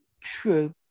true